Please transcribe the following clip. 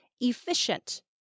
efficient